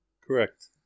Correct